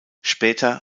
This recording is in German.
später